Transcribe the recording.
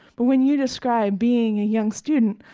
but when you describe being a young student,